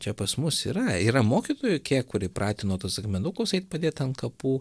čia pas mus yra yra mokytojų kiek kur įpratino tuos akmenukus eit padėt ant kapų